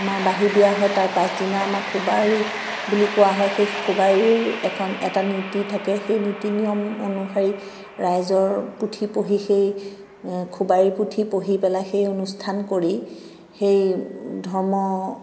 আমাৰ বাহীবিয়া হয় তাৰ পিছদিনা আমাৰ খুবাউৰী বুলি কোৱা হয় সেই খুবাউৰীৰো এটা নীতি থাকে সেই নীতি নিয়ম অনুসাৰি ৰাইজৰ পুথি পঢ়ি সেই খুবাউৰী পুথি পঢ়ি পেলাই সেই অনুষ্ঠান কৰি সেই ধৰ্ম